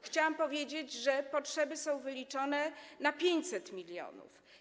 Chciałabym powiedzieć, że potrzeby są wyliczone na 500 mln.